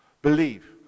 believe